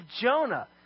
Jonah